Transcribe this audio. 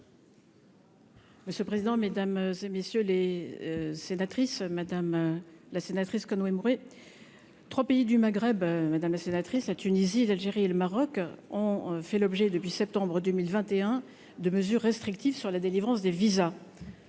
Monsieur le président, Mesdames et messieurs les sénatrices madame la sénatrice Conway Mouret 3 pays du Maghreb, madame la sénatrice, la Tunisie, l'Algérie et le Maroc ont fait l'objet depuis septembre 2021 2 mesures restrictives sur la délivrance des visas,